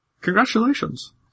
Congratulations